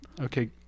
okay